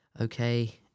okay